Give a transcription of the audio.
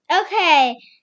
Okay